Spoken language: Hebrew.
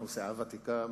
אנחנו סיעה ותיקה,